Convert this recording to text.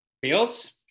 Fields